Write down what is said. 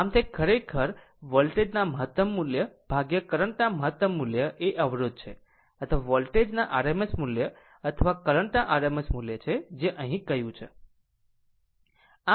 આમ તે ખરેખર વોલ્ટેજ ના મહતમ મુલ્ય કરંટના મહતમ મૂલ્યએ અવરોધ છે અથવા વોલ્ટેજ ના RMS મૂલ્ય અથવા કરંટ ના RMS મૂલ્ય છે જે અહીં કહ્યું છે